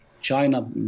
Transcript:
China